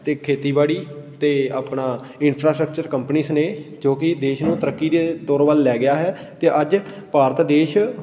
ਅਤੇ ਖੇਤੀਬਾੜੀ ਅਤੇ ਆਪਣਾ ਇੰਨਫਰਾਸਟ੍ਰਕਚਰ ਕੰਪਨੀਸ ਨੇ ਜੋ ਕਿ ਦੇਸ਼ ਨੂੰ ਤਰੱਕੀ ਦੇ ਦੌਰ ਵੱਲ ਲੈ ਗਿਆ ਹੈ ਅਤੇ ਅੱਜ ਭਾਰਤ ਦੇਸ਼